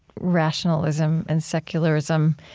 rationalism and secularism